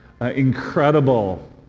incredible